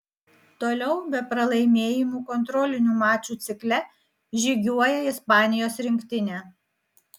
toliau be pralaimėjimų kontrolinių mačų cikle žygiuoja ispanijos rinktinė